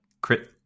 crit